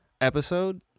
episode